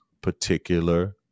particular